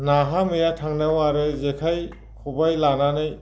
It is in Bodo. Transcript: नाहा मैया थांनायाव आरो जेखाइ खबाइ लानानै